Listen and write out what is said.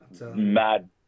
Mad